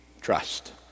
trust